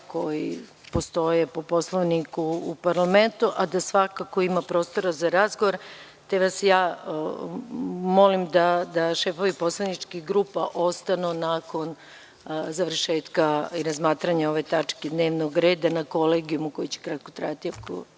koji postoje po Poslovniku u parlamentu, a da svakako ima prostora za razgovor, te vas molim da šefovi poslaničkih grupa, nakon završetka sednice i razmatranja ove tačke dnevnog reda, ostanu na Kolegijumu koji će kratko trajati,